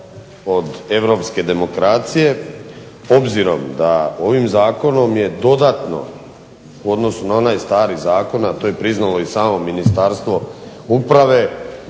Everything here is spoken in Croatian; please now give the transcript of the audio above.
od europske demokracije obzirom da ovim zakonom je dodatno u odnosu na onaj stari zakon, a to je priznalo i samo Ministarstvo uprave